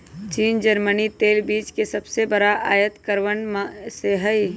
चीन जर्मनी तेल बीज के सबसे बड़ा आयतकरवन में से हई